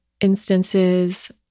instances